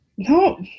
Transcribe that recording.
No